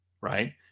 right